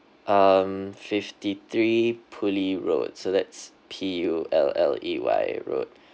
um fifty three pulley road so that's P U L L E Y road